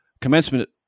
commencement